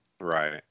Right